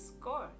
score